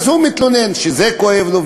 הוא מתלונן שזה כואב לו,